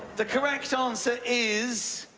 the correct answer is.